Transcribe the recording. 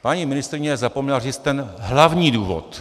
Paní ministryně zapomněla říct ten hlavní důvod.